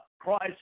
Christ